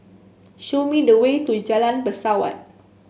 show me the way to Jalan Pesawat